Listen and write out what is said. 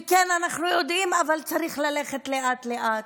וכן, אנחנו יודעים, אבל צריך ללכת לאט-לאט.